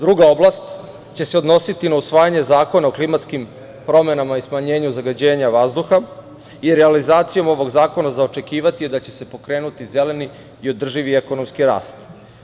Druga oblast će se odnositi na usvajanje zakona o klimatskim promenama i smanjenju zagađenja vazduha i realizacijom ovog zakona, za očekivati da će se pokrenuti zeleni i održivi ekonomski rast.